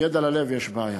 עם יד על הלב: יש בעיה.